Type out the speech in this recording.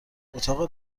اتاق